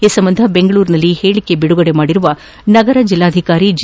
ಈ ಸಂಬಂಧ ಬೆಂಗಳೂರಿನಲ್ಲಿ ಹೇಳಕೆ ಬಿಡುಗಡೆ ಮಾಡಿರುವ ನಗರ ಜಿಲ್ಲಾಧಿಕಾರಿ ಜಿ